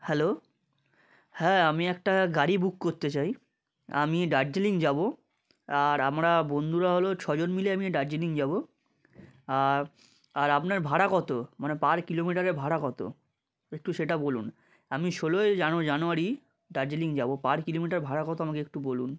hello হ্যাঁ আমি একটা গাড়ি বুক করতে চাই আমি দার্জিলিং যাবো আর আমরা বন্ধুরা হলো ছ জন মিলে আমি দার্জিলিং যাবো আর আর আপনার ভাড়া কত মানে পার কিলোমিটারে ভাড়া কত একটু সেটা বলুন আমি ষোলোই জানুয়ারি দার্জিলিং যাবো পার কিলোমিটার ভাড়া কত আমাকে একটু বলুন